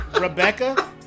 Rebecca